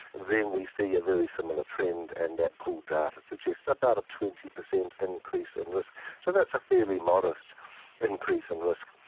then we see a very similar trend, and that pooled data suggests about a twenty percent increase in risk, so that's a fairly modest increase in risk.